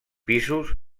pisos